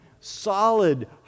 solid